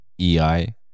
EI